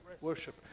worship